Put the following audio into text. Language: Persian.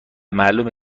معلومه